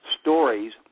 stories